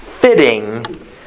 fitting